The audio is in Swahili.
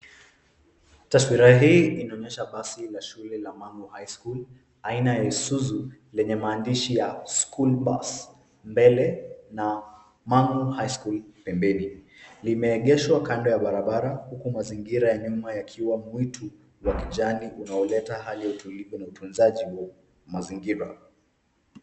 Taswira hii inaonyesha basi la shule la Mangu High School, aina ya Isuzu lenye maandishi ya school bus mbele na Mangu High School pembeni. Limeegeshwa kando ya barabara huku mazingira ya nyuma yakiwa mwitu wa kijani unaoleta hali ya utulivu na utunzaji wa mazingira.